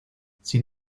sin